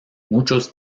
muchos